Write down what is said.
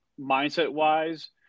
mindset-wise